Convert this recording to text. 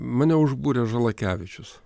mane užbūrė žalakevičius